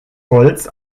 holz